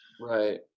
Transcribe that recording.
Right